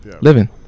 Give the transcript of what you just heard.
Living